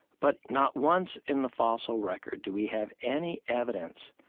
but not once in the fossil record do we have any evidence